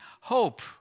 hope